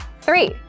Three